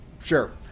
Sure